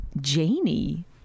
Janie